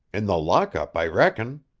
in the lockup, i reckon.